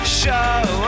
show